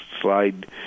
slide